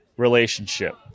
relationship